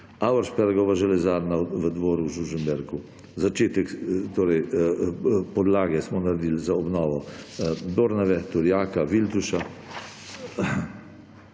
Auerspergova železarna na Dvoru pri Žužemberku, podlage smo naredili za obnovo Dornave, Turjaka, Viltuša